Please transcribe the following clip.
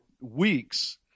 weeks